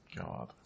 God